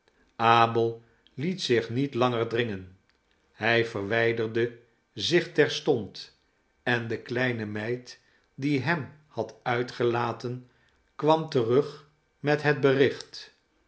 abel liet zich niet langer dringen hij verwijderde zich terstond en de kleine meid die hem had uitgelaten kwam terug met het bericht